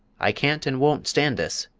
i can't and won't stand this!